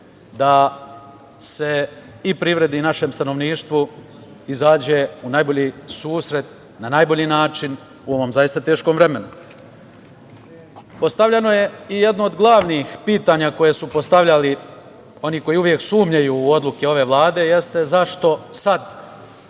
da se i privredi i našem stanovništvu izađe u najbolji susret, na najbolji način u ovom zaista teškom vremenu. Postavljeno je i jedno od glavnih pitanja koje su postavljali oni koji uvek sumnjaju u odluke ove Vlade, jeste zašto sad